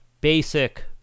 basic